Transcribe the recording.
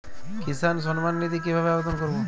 কিষান সম্মাননিধি কিভাবে আবেদন করব?